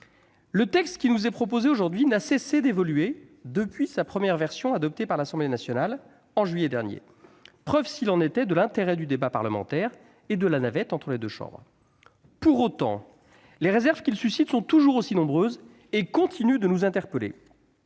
Le texte qui nous est soumis n'a cessé d'évoluer depuis sa première version adoptée par l'Assemblée nationale en juillet dernier, preuve s'il en était de l'intérêt du débat parlementaire et de la navette entre les deux chambres. Pour autant, les réserves qu'il suscite sont toujours aussi nombreuses et continuent de nous interpeller.